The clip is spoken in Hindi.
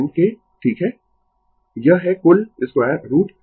इसलिए आधार की लंबाई जो कि एक आधी साइकिल पर है